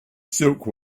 silk